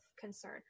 concern